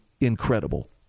incredible